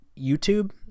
YouTube